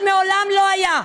שמעולם לא היה.